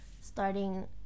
starting